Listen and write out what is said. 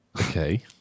Okay